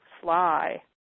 fly